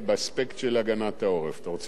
אתה רוצה להגיד שהגנת העורף היא חלק ממערכת הביטחון?